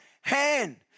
hand